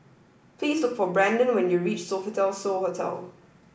please look for Branden when you reach Sofitel So Hotel